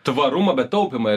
tvarumą bet taupymą